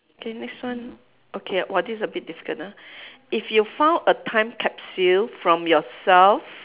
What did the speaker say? okay next one okay !wah! this is a bit difficult ah if you found a time capsule from yourself